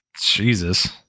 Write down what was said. Jesus